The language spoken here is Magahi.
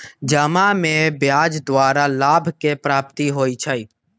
जमा में ब्याज द्वारा लाभ के प्राप्ति होइ छइ